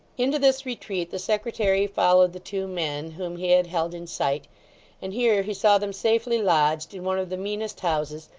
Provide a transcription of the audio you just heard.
into this retreat the secretary followed the two men whom he had held in sight and here he saw them safely lodged, in one of the meanest houses,